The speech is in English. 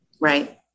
Right